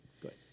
good